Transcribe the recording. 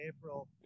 April